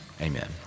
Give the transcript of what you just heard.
amen